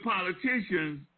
politicians